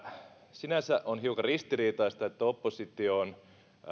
sinänsä on hiukan ristiriitaista että oppositio on